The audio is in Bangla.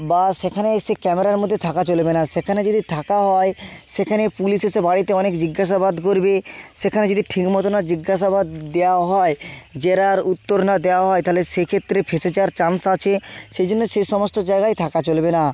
বা সেখানে সে ক্যামেরার মধ্যে থাকা চলবে না সেখানে যদি থাকা হয় সেখানে পুলিশ এসে বাড়িতে অনেক জিজ্ঞাসাবাদ করবে সেখানে যদি ঠিকমতো না জিজ্ঞাসাবাদ দেওয়া হয় জেরার উত্তর না দেওয়া হয় তাহলে সেক্ষেত্রে ফেঁসে যাওয়ার চান্স আছে সেজন্য সেই সমস্ত জায়গায় থাকা চলবে না